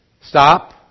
Stop